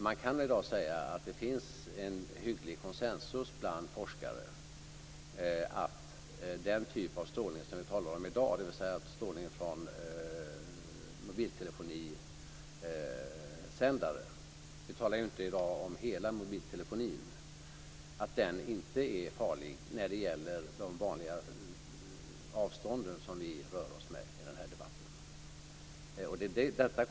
Man kan i dag säga att det finns en hygglig konsensus bland forskare om att den typ av strålning vi talar om i dag, dvs. strålning från mobiltelefonisändare, inte är farlig vid de vanliga avstånden som vi rör oss med i den här debatten. Vi talar inte i dag om hela mobiltelefonin.